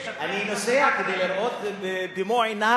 אני נוסע כדי לראות במו-עיני,